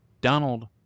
Donald